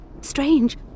strange